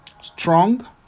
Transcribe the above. Strong